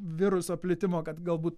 viruso plitimo kad galbūt